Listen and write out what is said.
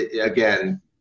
again